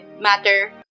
matter